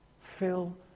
Fill